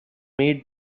made